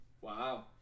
wow